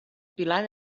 pilar